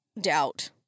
doubt